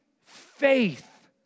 faith